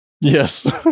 Yes